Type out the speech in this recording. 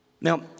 Now